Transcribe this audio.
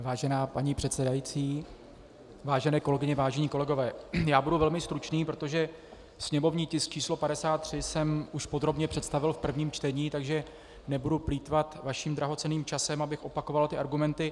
Vážená paní předsedající, vážené kolegyně, vážení kolegové, já budu velmi stručný, protože sněmovní tisk číslo 53 jsem už podrobně představil v prvním čtení, takže nebudu plýtvat vaším drahocenným časem, abych opakoval argumenty.